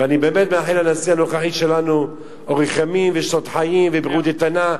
ואני באמת מאחל לנשיא הנוכחי שלנו אורך ימים ושנות חיים ובריאות איתנה.